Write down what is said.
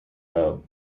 vote